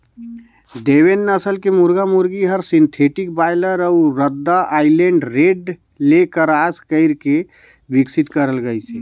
देवेंद नसल के मुरगा मुरगी हर सिंथेटिक बायलर अउ रद्दा आइलैंड रेड ले क्रास कइरके बिकसित करल गइसे